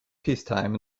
peacetime